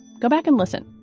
go back and listen.